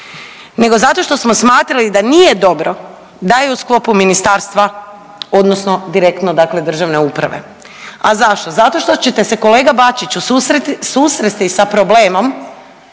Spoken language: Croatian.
nego zato što smo smatrali da nije dobro da je u sklopu ministarstva odnosno direktno dakle državne uprave. A zašto? Zato što ćete se kolega Bačiću susresti sa problemom